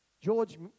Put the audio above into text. George